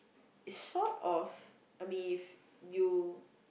is sort of I mean if you